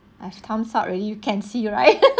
as times up already you can see you right